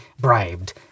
bribed